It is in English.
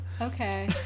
Okay